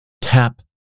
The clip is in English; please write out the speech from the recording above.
tap